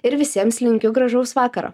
ir visiems linkiu gražaus vakaro